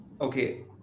okay